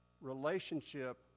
relationship